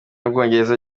y’ubwongereza